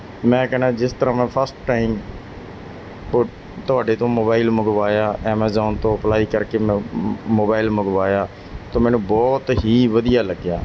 ਮੈਂ ਕਹਿੰਦਾ ਜਿਸ ਤਰ੍ਹਾਂ ਮੈਂ ਫਸਟ ਟਾਈਮ ਥੋ ਤੁਹਾਡੇ ਤੋਂ ਮੋਬਾਈਲ ਮੰਗਵਾਇਆ ਐਮਾਜ਼ੋਨ ਤੋਂ ਅਪਲਾਈ ਕਰਕੇ ਮੋਬਾਈਲ ਮੰਗਵਾਇਆ ਤਾਂ ਮੈਨੂੰ ਬਹੁਤ ਹੀ ਵਧੀਆ ਲੱਗਿਆ